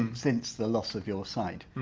um since the loss of your sight.